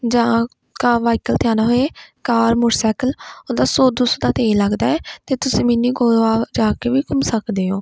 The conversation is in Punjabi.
ਜਾਂ ਕਾ ਵਾਹੀਕਲ 'ਤੇ ਆਉਣਾ ਹੋਏ ਕਾਰ ਮੋਟਰਸਾਈਕਲ ਉਹਦਾ ਸੋ ਦੋ ਸੌ ਦਾ ਤੇਲ ਲੱਗਦਾ ਹੈ ਅਤੇ ਤੁਸੀਂ ਮਿੰਨੀ ਗੋਆ ਜਾ ਕੇ ਵੀ ਘੁੰਮ ਸਕਦੇ ਹੋ